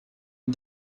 and